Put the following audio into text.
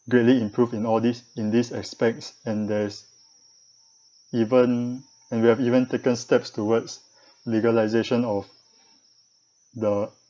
greatly improved in all these in these aspects and there is even and we have even taken steps towards legalisation of the